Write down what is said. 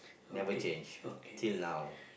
never change till now